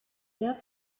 der